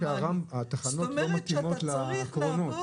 הבעיה היא שהתחנות לא מתאימות לקרונות.